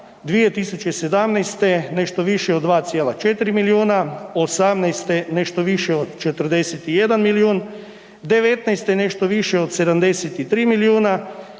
2017. nešto više od 2.4 milijuna, 2018. nešto više od 41 milijun, 2019. nešto više od 73 milijuna